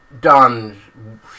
done